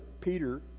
Peter